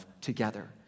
together